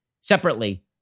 separately